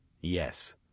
Yes